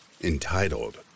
entitled